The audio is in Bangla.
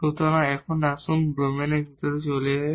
সুতরাং আসুন প্রথমে ডোমেনের ভিতরে চলে যাই